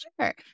Sure